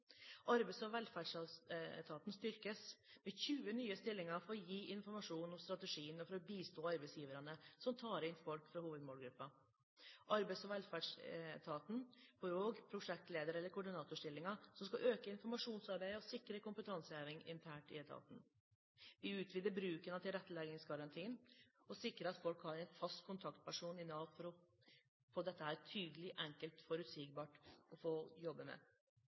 Arbeids- og velferdsetaten styrkes med 20 nye stillinger for å gi informasjon om strategien og for å bistå arbeidsgiverne som tar inn folk fra hovedmålgruppen. Arbeids- og velferdsetaten får også prosjektleder- eller koordinatorstillinger som skal øke informasjonsarbeidet og sikre kompetanseheving internt i etaten. Vi utvider bruken av tilretteleggingsgarantien og sikrer at folk har en fast kontaktperson i Nav, slik at dette blir tydelig, enkelt og forutsigbart å jobbe med.